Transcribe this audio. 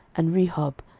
and rehob,